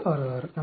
0166